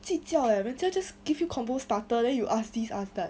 计较 eh 人家 just give you convo starter then you ask this ask that